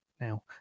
now